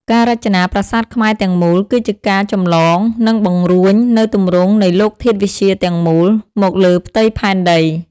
ការរចនាប្រាសាទខ្មែរទាំងមូល គឺជាការចម្លង និងបង្រួញនូវទម្រង់នៃលោកធាតុវិទ្យាទាំងមូល មកលើផ្ទៃផែនដី។